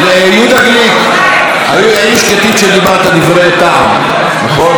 יהודה גליק, היו שקטים כשדיברת דברי טעם, נכון?